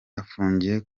afungiye